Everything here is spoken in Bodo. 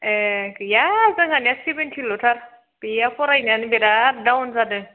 ए गैया जोंहानिया सेभेनटिलथार गैया फरायनायानो बेराद डाउन जादो